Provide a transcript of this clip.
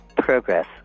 Progress